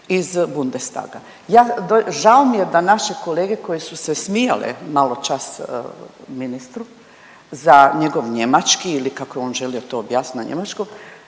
iz Bundestaga. Ja, žao mi je da naše kolege koje su se smijale maločas ministru za njegov njemački ili kako je on želio to objasniti na njemačkom,